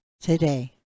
today